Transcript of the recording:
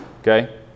Okay